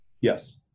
Yes